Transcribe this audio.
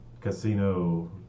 casino